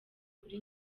kuri